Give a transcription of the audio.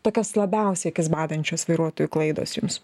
tokias labiausiai akis badančios vairuotojų klaidos jums